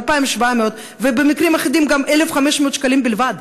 2,700 ובמקרים אחדים גם 1,500 שקלים בלבד?